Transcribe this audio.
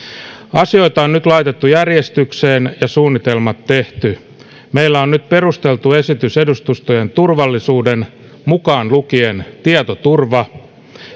asioita on nyt laitettu järjestykseen ja suunnitelmat tehty meillä on nyt perusteltu esitys edustustojen turvallisuuden mukaan lukien tietoturva